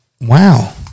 wow